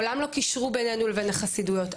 מעולם לא קישרו בינינו ובין החסידויות,